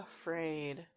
afraid